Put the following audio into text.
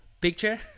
picture